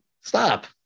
Stop